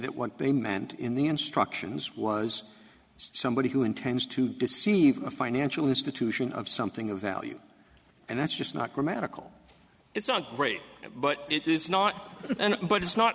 that what they meant in the instructions was somebody who intends to deceive a financial institution of something of value and that's just not grammatical it's not great but it is not but it's not